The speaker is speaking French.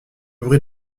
bruit